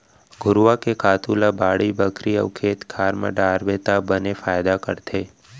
घुरूवा के खातू ल बाड़ी बखरी अउ खेत खार म डारबे त बने फायदा करथे